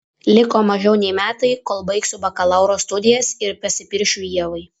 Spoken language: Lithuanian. liko mažiau nei metai kol baigsiu bakalauro studijas ir pasipiršiu ievai